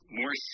more